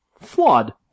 flawed